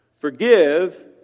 Forgive